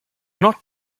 not